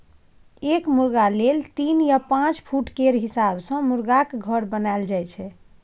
एक मुरगा लेल तीन या पाँच फुट केर हिसाब सँ मुरगाक घर बनाएल जाइ छै